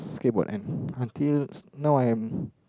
skateboard and until now I'm